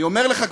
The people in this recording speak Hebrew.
אני אומר לך,